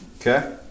okay